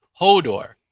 Hodor